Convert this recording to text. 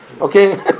Okay